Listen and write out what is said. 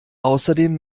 außerdem